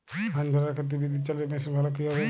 ধান ঝারার ক্ষেত্রে বিদুৎচালীত মেশিন ভালো কি হবে?